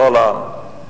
סולר.